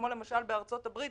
כמו למשל בארצות הברית,